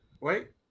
wait